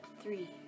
Three